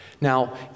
Now